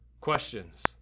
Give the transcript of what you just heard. questions